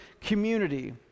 community